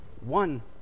one